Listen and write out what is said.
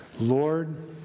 Lord